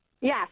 Yes